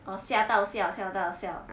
orh 吓到笑笑到笑